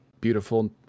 beautiful